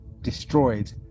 destroyed